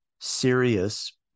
serious